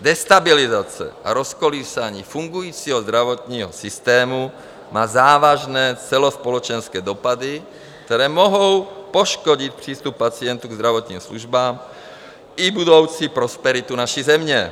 Destabilizace a rozkolísání fungujícího zdravotního systému má závažné celospolečenské dopady, které mohou poškodit přístup pacientů k zdravotním službám i budoucí prosperitu naší země.